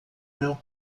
meu